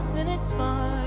and it's fine